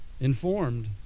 informed